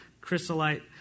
chrysolite